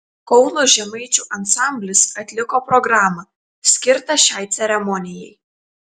kauno žemaičių ansamblis atliko programą skirtą šiai ceremonijai